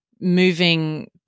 moving